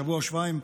שבוע או שבועיים,